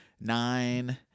nine